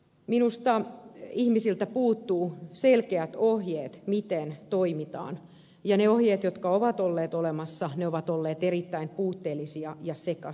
minusta ihmisiltä puuttuvat selkeät ohjeet miten toimitaan ja ne ohjeet jotka ovat olleet olemassa ovat olleet erittäin puutteellisia ja sekavia